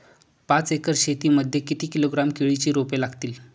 पाच एकर शेती मध्ये किती किलोग्रॅम केळीची रोपे लागतील?